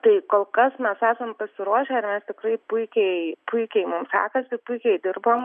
tai kol kas mes esam pasiruošę mes tikrai puikiai puikiai mums sekasi puikiai dirbam